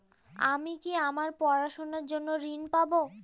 আমি কি আমার পড়াশোনার জন্য ঋণ পাব?